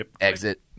exit